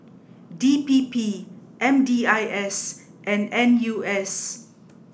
D P P M D I S and N U S